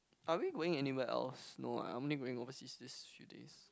are we going anywhere else no ah I'm only going overseas these few days